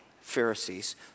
Pharisees